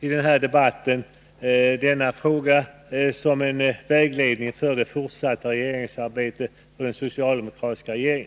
i den här debatten få denna fråga belyst som en vägledning för den socialdemokratiska regeringens fortsatta regeringsarbete.